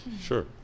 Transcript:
Sure